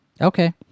Okay